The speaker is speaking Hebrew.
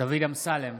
דוד אמסלם,